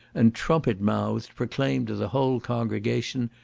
and trumpet-mouthed proclaimed to the whole congregation,